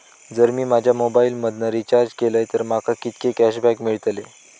जर मी माझ्या मोबाईल मधन रिचार्ज केलय तर माका कितके कॅशबॅक मेळतले?